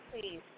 please